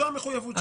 זו המחויבות שלך.